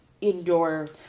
indoor